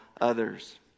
others